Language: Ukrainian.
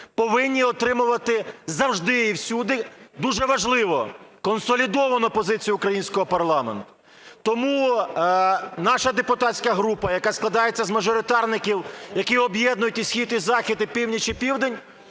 повинні отримувати завжди і всюди – дуже важливо – консолідовану позицію українського парламенту. Тому наша депутатська група, яка складається з мажоритарників, які об'єднують і схід, і захід, і північ, і південь,